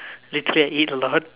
literally I ate a lot